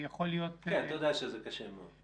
אתה יודע שזה קשה מאוד.